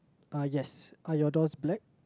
ah yes are your doors black